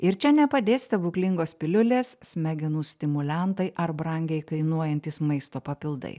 ir čia nepadės stebuklingos piliulės smegenų stimuliantai ar brangiai kainuojantys maisto papildai